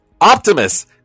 Optimus